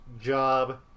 job